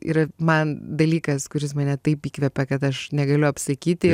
yra man dalykas kuris mane taip įkvepia kad aš negaliu apsakyti